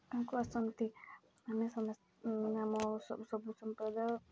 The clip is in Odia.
ଗାଁକୁ ଆସନ୍ତି ଆମେ ସମସ୍ତ ଆମ ସବୁ ସମ୍ପ୍ରଦାୟ